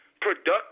productive